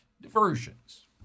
diversions